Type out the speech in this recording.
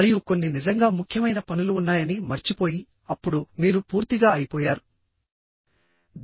మరియు కొన్ని నిజంగా ముఖ్యమైన పనులు ఉన్నాయని మర్చిపోయి అప్పుడు మీరు పూర్తిగా అయిపోయారు